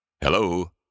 Hello